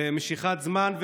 ומשיכת זמן,